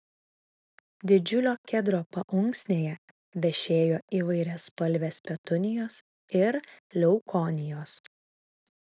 didžiulio kedro paunksnėje vešėjo įvairiaspalvės petunijos ir leukonijos